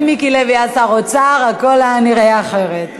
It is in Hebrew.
אם מיקי לוי היה שר אוצר הכול היה נראה אחרת.